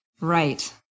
Right